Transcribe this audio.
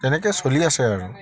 তেনেকৈ চলি আছে আৰু